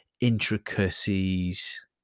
intricacies